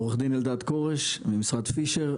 עורך דין אלדד כורש ממשרד פישר.